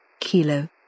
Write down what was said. Kilo